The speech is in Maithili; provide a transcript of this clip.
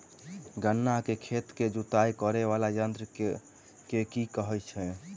गन्ना केँ खेत केँ जुताई करै वला यंत्र केँ की कहय छै?